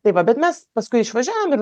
tai va bet mes paskui išvažiavom ir